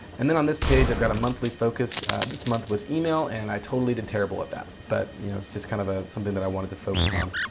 and then on this page i've got a monthly focus this month was email and i totally did terrible at that but you know just kind of a something that i wanted to focus on,